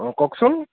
অঁ কওকচোন